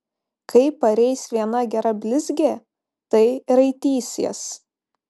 kai pareis viena gera blizgė tai raitysies